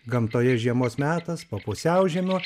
gamtoje žiemos metas po pusiaužiemio